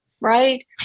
right